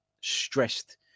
stressed